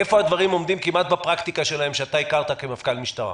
איפה הדברים עומדים בפרקטיקה שלהם כפי שאתה הכרת כמפכ"ל המשטרה?